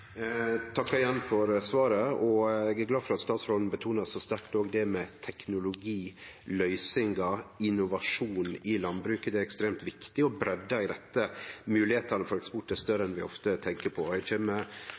igjen for svaret. Eg er glad for at statsråden så sterkt betonar òg det med teknologiløysingar og innovasjon i landbruket. Det er ekstremt viktig, og breidda i dette og moglegheitene for eksport er større